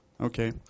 Okay